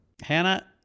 Hannah